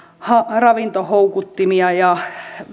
ravintohoukuttimia ja